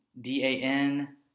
D-A-N